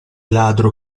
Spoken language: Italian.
ladro